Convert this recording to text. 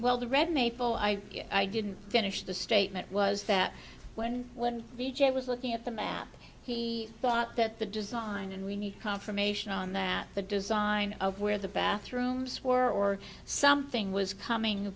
well the red maple i didn't finish the statement was that when one d j was looking at the map he thought that the design and we need confirmation on that the design of where the bathrooms were or something was coming